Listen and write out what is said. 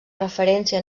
referència